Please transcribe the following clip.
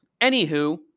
Anywho